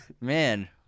Man